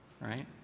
right